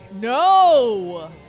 No